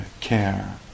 care